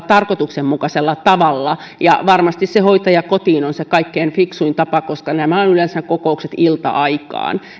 tarkoituksenmukaisella tavalla varmasti se hoitaja kotiin on se kaikkein fiksuin tapa koska nämä kokoukset ovat yleensä ilta aikaan